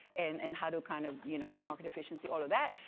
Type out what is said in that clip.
and and how to kind of you know of market efficiency all of that.